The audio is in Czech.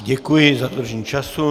Děkuji za dodržení času.